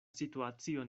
situacio